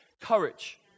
courage